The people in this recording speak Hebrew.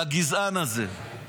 לגזען הזה,